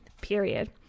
Period